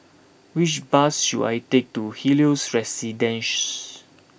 which bus should I take to Helios Residences